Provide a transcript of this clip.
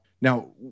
Now